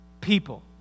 people